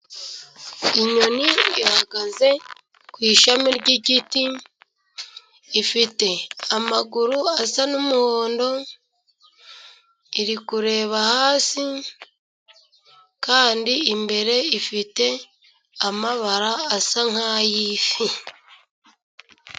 Inyoni ihagaze ku ishami ry'igiti, ifite amaguru asa n'umuhondo, iri kureba hasi kandi imbere ifite amabara asa nk'ay'ifi.